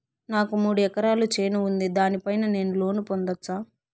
నాకు మూడు ఎకరాలు చేను ఉంది, దాని పైన నేను లోను పొందొచ్చా?